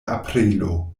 aprilo